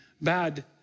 Bad